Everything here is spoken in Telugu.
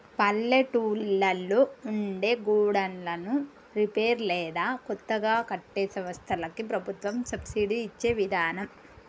పల్లెటూళ్లలో ఉండే గోడన్లను రిపేర్ లేదా కొత్తగా కట్టే సంస్థలకి ప్రభుత్వం సబ్సిడి ఇచ్చే విదానం